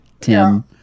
Tim